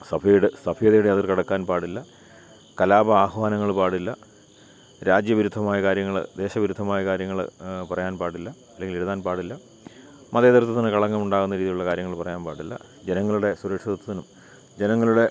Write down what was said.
സഭ്യതയുടെ സഭ്യതയുടെ അതിരുകടക്കാൻ പാടില്ല കലാപ ആഹ്വനങ്ങൾ പാടില്ല രാജ്യവിരുദ്ധമായ കാര്യങ്ങൾ ദേശവിരുദ്ധമായ കാര്യങ്ങൾ പറയാൻ പാടില്ല അല്ലെങ്കിൽ എഴുതാൻ പാടില്ല മതേതരത്വത്തിന് കളങ്കമുണ്ടാകുന്ന രീതിയിലുള്ള കാര്യങ്ങൾ പറയാൻ പാടില്ല ജനങ്ങളുടെ സുരക്ഷിതത്വത്തിനും ജനങ്ങളുടെ